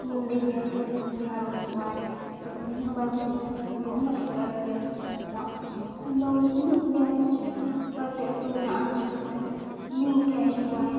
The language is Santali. ᱩᱱᱤᱢ ᱞᱟᱹᱭᱟᱭᱟ ᱛᱚᱵᱮᱛᱚ ᱩᱱᱤ ᱟᱨᱚ ᱦᱤᱡᱩᱜᱟᱭ ᱮᱨᱯᱚᱨ ᱩᱱᱤ ᱡᱟᱦᱟᱸ ᱵᱟᱭ ᱦᱤᱡᱩᱜᱟᱭ ᱮᱱᱠᱷᱟᱱ ᱫᱚ ᱩᱱᱟᱹᱜ ᱮᱜᱟᱨᱚᱴᱤ ᱟᱹᱛᱩᱨᱮ ᱦᱮᱱᱟᱜ ᱠᱚᱣᱟ ᱮᱱᱠᱷᱟᱱᱫᱚ ᱦᱤᱡᱩᱜ ᱜᱮᱭᱟᱠᱚ ᱮᱜᱟᱨᱚᱴᱤ ᱟᱹᱛᱩ ᱢᱮᱱᱟᱜᱼᱟ ᱢᱤᱫᱴᱮᱱ ᱯᱟᱧᱪᱟᱭᱮᱛ ᱩᱱᱤ ᱢᱩᱠᱷᱤᱭᱟᱹ ᱦᱤᱡᱩᱜᱟᱭ